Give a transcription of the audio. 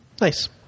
Nice